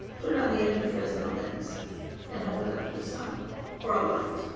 put it on the end of the fresnel lens and hold it up to the sun or a light,